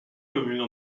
commune